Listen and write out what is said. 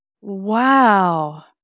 Wow